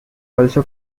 also